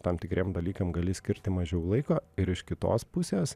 tam tikriem dalykam gali skirti mažiau laiko ir iš kitos pusės